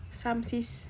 some sis